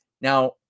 Now